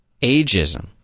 Ageism